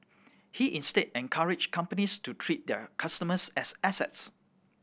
he instead encouraged companies to treat their customers as assets